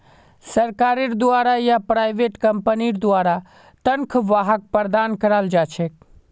सरकारेर द्वारा या प्राइवेट कम्पनीर द्वारा तन्ख्वाहक प्रदान कराल जा छेक